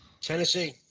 Tennessee